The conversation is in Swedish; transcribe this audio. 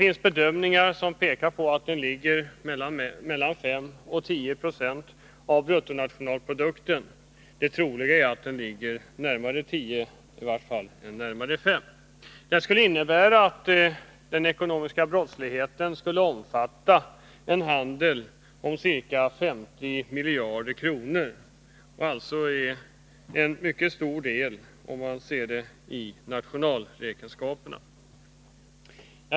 Enligt bedömningar som gjorts rör det sig här om belopp som motsvarar 5—-10 26 av bruttonationalprodukten — det troliga är att de ligger närmare 10 än 5 96. Detta innebär att den ekonomiska brottsligheten omfattar en handel som motsvarar ca 50 miljarder kronor, vilket nationalekonomiskt sett är ett mycket stort belopp.